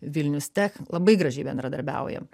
vilnius tech labai gražiai bendradarbiaujam